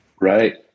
Right